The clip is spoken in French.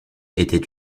était